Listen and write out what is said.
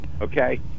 okay